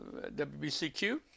WBCQ